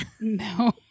No